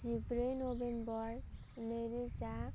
जिब्रै नबेम्बर नैरोजा